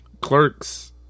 Clerks